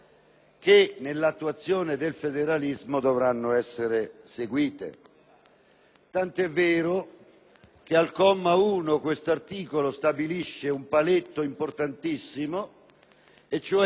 tant'è vero che al comma 1 questo articolo stabilisce un paletto importantissimo e cioè che nell'attuazione del federalismo fiscale si dovranno rispettare